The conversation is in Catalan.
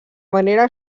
manera